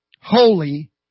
holy